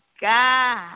God